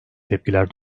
tepkiler